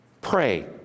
pray